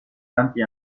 tanti